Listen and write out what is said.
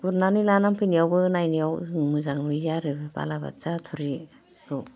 गुरनानै लाना फैनायावबो नायनायाव जों मोजां नुयो आरो बालाबाथिया थुरिखौ